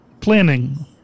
planning